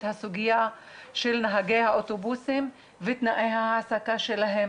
הסוגיה של נהגי האוטובוסים ותנאי ההעסקה שלהם